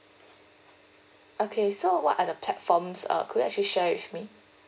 okay so what are the platforms err could you actually share with me